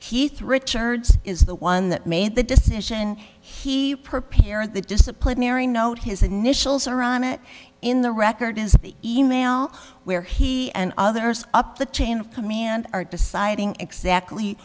keith richards is the one that made the decision he prepared the disciplinary note his initials are on it in the record is the email where he and others up the chain of command are deciding exactly